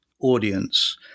audience